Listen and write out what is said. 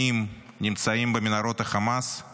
נמצאים במנהרות החמאס 402 ימים,